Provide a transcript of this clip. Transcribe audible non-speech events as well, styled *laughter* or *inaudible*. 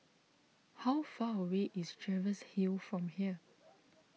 how far away is Jervois Hill from here *noise*